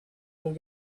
would